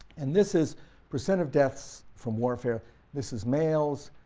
and this is percent of deaths from warfare this is males,